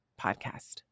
podcast